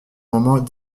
moments